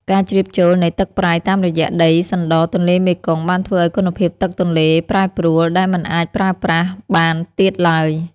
ការជ្រាបចូលនៃទឹកប្រៃតាមរយៈដីសណ្តទន្លេមេគង្គបានធ្វើឱ្យគុណភាពទឹកទន្លេប្រែប្រួលដែលមិនអាចប្រើប្រាស់បានទៀតឡើយ។